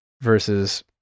versus